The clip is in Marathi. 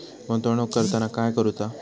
गुंतवणूक करताना काय करुचा?